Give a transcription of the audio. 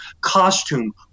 Costume